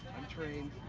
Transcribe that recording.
trained.